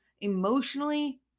emotionally